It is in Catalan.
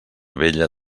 vella